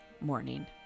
morning